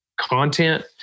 content